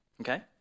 okay